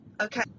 Okay